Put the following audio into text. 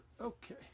okay